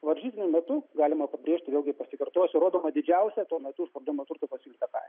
varžytinių metu galima pabrėžti vėlgi pasikartosiu rodoma didžiausia tuo metu išparduodamo turto pasiūlyta kaina